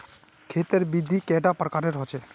खेत तेर विधि कैडा प्रकारेर होचे?